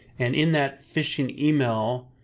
and in that phishing email,